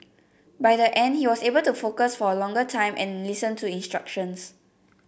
by the end he was able to focus for a longer time and listen to instructions